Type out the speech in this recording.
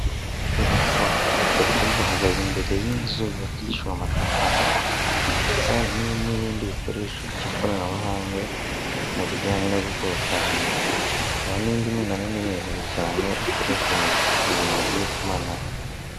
Abagabo batatu bahagaze imbere y'inzu yubakishijwe amatafari ndetse hari n'ibindi bikoresho by'ikoranabuhanga mu bijyanye no gukusanya amakuru hakaba n'indi minanara miremire cyane ikoreshwa mu bintu by'itumanaho.